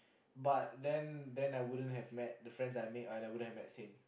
but then then I wouldn't have met the friends I made and I wouldn't have met Sane